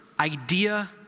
idea